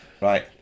Right